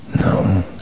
No